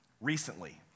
recently